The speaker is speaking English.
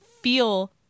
feel